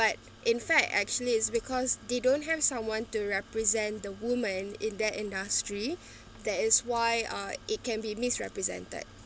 but in fact actually it's because they don't have someone to represent the woman in that industry that is why uh it can be misrepresented